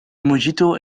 mojito